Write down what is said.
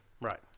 Right